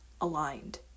aligned